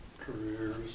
careers